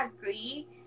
agree